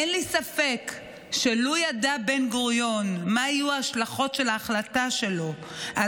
אין לי ספק שלו ידע בן-גוריון מה יהיו ההשלכות של ההחלטה שלו על